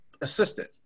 assistant